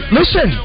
listen